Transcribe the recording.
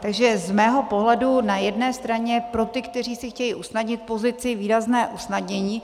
Takže z mého pohledu na jedné straně pro ty, kteří si chtějí usnadnit pozici, výrazné usnadnění.